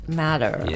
matter